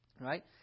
Right